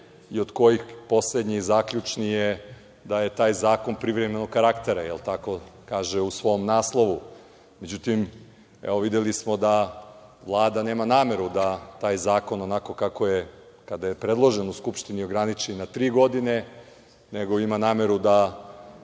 od kojih poslednji, zaključni, je da je taj zakon privremenog karaktera, jer tako kaže u svom naslovu. Međutim, videli smo da Vlada nema nameru da taj zakon, onako kako je kada je predložen u Skupštini, ograniči na tri godine, nego ima nameru da